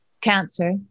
cancer